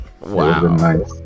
Wow